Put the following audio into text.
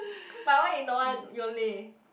but why you don't want Yole